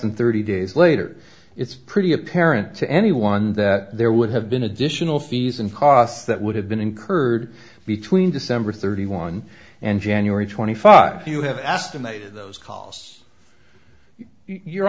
than thirty days later it's pretty apparent to anyone that there would have been additional fees and costs that would have been incurred between december thirty one and january twenty five you have asked to make those calls your